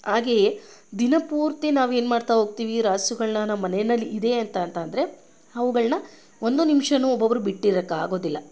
ಹಾಗೆಯೇ ದಿನ ಪೂರ್ತಿ ನಾವು ಏನು ಮಾಡ್ತಾ ಹೋಗ್ತೀವಿ ರಾಸುಗಳನ್ನ ನಮ್ಮ ಮನೇಲಿ ಇದೆ ಅಂತಂದ್ರೆ ಅವುಗಳನ್ನ ಒಂದು ನಿಮಿಷವೂ ಒಬ್ಬೊಬ್ಬರು ಬಿಟ್ಟಿರೋಕ್ಕಾಗೋದಿಲ್ಲ